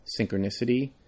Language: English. synchronicity